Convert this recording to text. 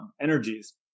energies